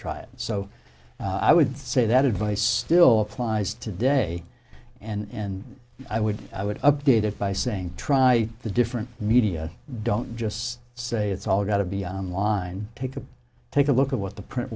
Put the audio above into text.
so i would say that advice still applies today and i would i would update it by saying try the different media don't just say it's all got to be on line take a take a look at what the print